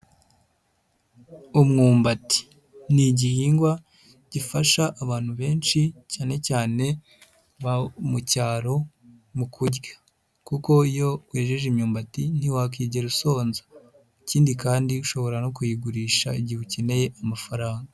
Umwumbati ni igihingwa gifasha abantu benshi cyane cyane mu cyaro mu kurya, kuko iyo wejeje imyumbati ntiwakigera usonza, ikindi kandi ushobora no kuyigurisha igihe ukeneye amafaranga.